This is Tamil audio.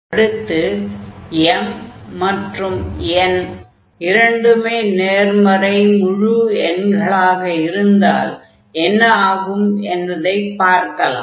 அடுத்து m மற்றும் n இரண்டுமே நேர்மறை முழு எண்களாக இருந்தால் என்ன ஆகும் என்பதைப் பார்க்கலாம்